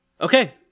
Okay